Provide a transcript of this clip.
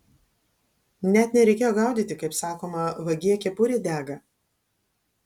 net nereikėjo gaudyti kaip sakoma vagie kepurė dega